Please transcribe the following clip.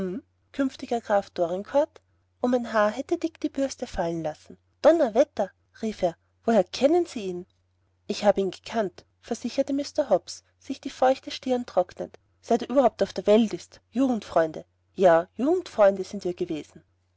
künftiger graf dorincourt um ein haar hatte dick die bürste fallen lassen donnerwetter rief er sie kennen ihn ich habe ihn gekannt versicherte mr hobbs sich die feuchte stirn trocknend seit er überhaupt auf der welt ist jugendfreunde ja jugendfreunde sind wir gewesen